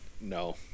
No